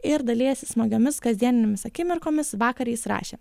ir dalijasi smagiomis kasdieninėmis akimirkomis vakar jis rašė